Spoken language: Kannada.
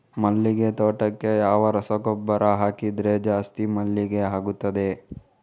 ಮಲ್ಲಿಗೆ ತೋಟಕ್ಕೆ ಯಾವ ರಸಗೊಬ್ಬರ ಹಾಕಿದರೆ ಜಾಸ್ತಿ ಮಲ್ಲಿಗೆ ಆಗುತ್ತದೆ?